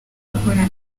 akora